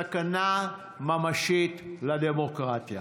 סכנה ממשית לדמוקרטיה.